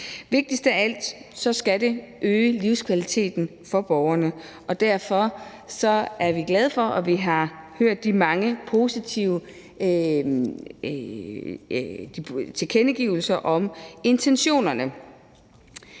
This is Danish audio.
Vigtigst af alt skal det øge livskvaliteten for borgerne, og derfor er vi glade for de mange positive tilkendegivelser, vi har hørt, om intentionerne.